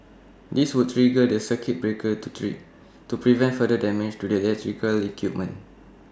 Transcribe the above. this would trigger the circuit breakers to trip to prevent further damage to the electrical equipment